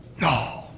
No